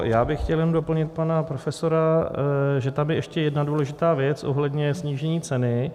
Já bych chtěl jenom doplnit pana profesora, že tam je ještě jedna důležitá věc ohledně snížení ceny.